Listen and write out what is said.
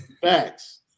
Facts